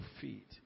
feet